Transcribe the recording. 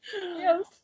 Yes